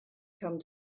come